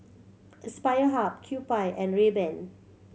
Aspire Hub Kewpie and Rayban